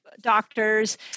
doctors